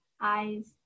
eyes